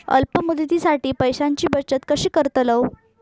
अल्प मुदतीसाठी पैशांची बचत कशी करतलव?